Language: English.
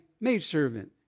maidservant